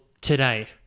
today